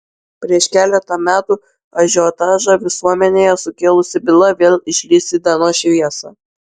prieš keletą metų ažiotažą visuomenėje sukėlusi byla vėl išlįs į dienos šviesą